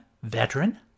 veteran